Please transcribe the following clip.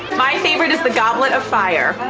my favorite is the goblet of fire.